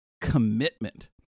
Commitment